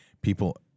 People